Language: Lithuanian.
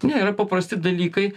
ne yra paprasti dalykai